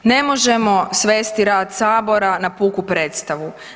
Ne možemo svesti rad sabora na puku predstavu.